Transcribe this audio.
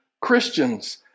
Christians